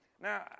Now